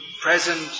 present